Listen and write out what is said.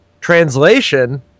Translation